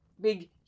Big